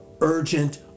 urgent